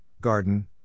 garden